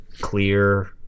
clear